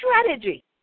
strategy